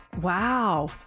Wow